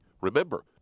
Remember